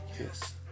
yes